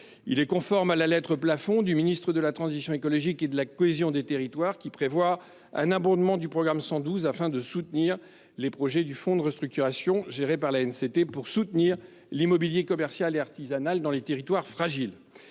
Il est conforme à la lettre plafond du ministre de la transition écologique et de la cohésion des territoires qui prévoit un abondement du programme 112, afin de soutenir les projets du fonds de restructuration géré par l’ANCT en faveur du développement de l’immobilier commercial et artisanal dans les territoires fragiles.